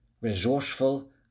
resourceful